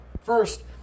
First